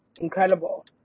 incredible